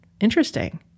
Interesting